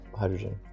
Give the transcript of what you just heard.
hydrogen